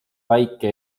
väike